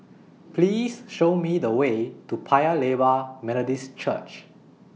Please Show Me The Way to Paya Lebar Methodist Church